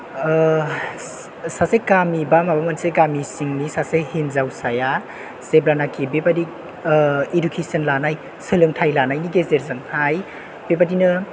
सासे गामि बा माबा मोनसे गामि सिंनि सासे हिनजावसाया जेब्लानोखि बेबायदि इदुकेसन लानाय सोलोंथाइ लानायनि गेजेरजोंहाय बेबायदिनो